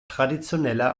traditioneller